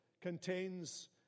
contains